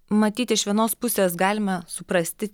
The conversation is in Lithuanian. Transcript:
matyt iš vienos pusės galime suprasti